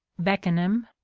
beckenham,